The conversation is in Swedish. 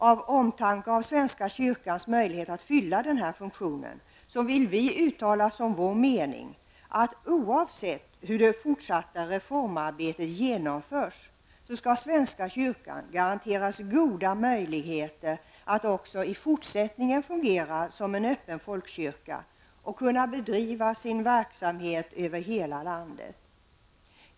Av omtanke om svenska kyrkans möjlighet att fylla denna funktion vill vi uttala som vår mening att oavsett hur det fortsatta reformarbetet genomförs skall svenska kyrkan garanteras goda möjligheter att också i fortsättningen fungera som en öppen folkkyrka och kunna bedriva sin verksamhet över hela landet.